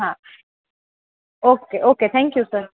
હા okay okay thank you sir